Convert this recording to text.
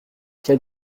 quel